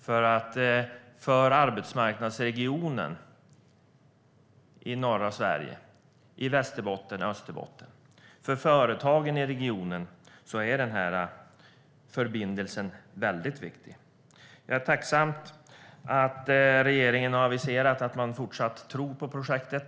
För arbetsmarknadsregionen och företagen i norra Sverige och i både Västerbotten och Österbotten är den här förbindelsen väldigt viktig. Jag är tacksam för att regeringen har aviserat att man fortsatt tror på projektet.